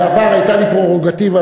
בעבר הייתה לי פררוגטיבה,